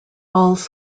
songs